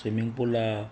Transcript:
swimming pool आहे